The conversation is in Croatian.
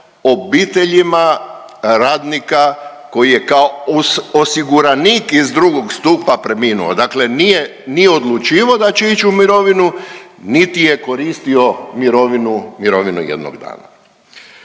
obiteljima radnika koji je kao osiguranik iz drugog stupa preminuo. Dakle, nije odlučivao da će ići u mirovinu, niti je koristio mirovinu jednog dana.